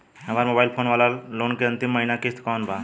हमार mobile phone वाला loan के अंतिम महिना किश्त कौन बा?